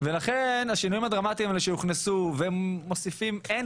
השינויים הדרמטיים האלה שהוכנסו ומוסיפים אין